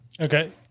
Okay